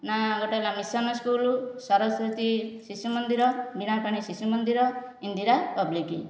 ନା ଗୋଟିଏ ହେଲା mission school Saraswati Shishu Mandir Binapani Shishu Mandir Indira public